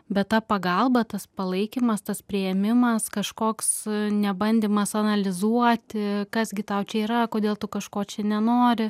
bet ta pagalba tas palaikymas tas priėmimas kažkoks nebandymas analizuoti kas gi tau čia yra kodėl tu kažko čia nenori